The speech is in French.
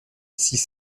six